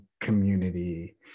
community